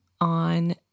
on